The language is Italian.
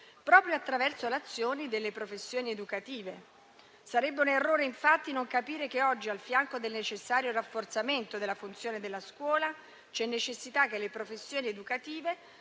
proprio attraverso l'azione delle professioni educative. Sarebbe un errore, infatti, non capire che oggi, al fianco del necessario rafforzamento della funzione della scuola, c'è necessità che le professioni educative